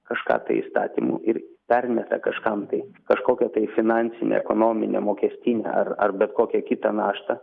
kažką tai įstatymu ir permeta kažkam tai kažkokią tai finansinę ekonominę mokestinę ar ar bet kokią kitą naštą